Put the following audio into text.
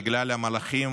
בגלל המהלכים